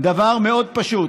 דבר מאוד פשוט.